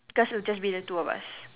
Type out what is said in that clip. just will just be the two of us